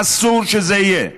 אסור שזה יהיה.